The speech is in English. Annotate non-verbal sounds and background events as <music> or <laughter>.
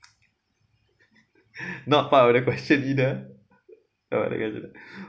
<laughs> not part of the question either alright you can do that